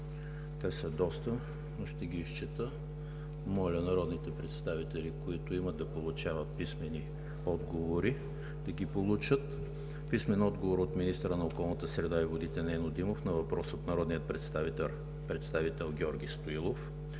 те са доста. Ще ги изчета. Моля народните представители, които имат да получават писмени отговори, да ги получат. Писмен отговор от: - министъра на околната среда и водите Нено Димов на въпрос от народния представител Георги Стоилов;